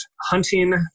hunting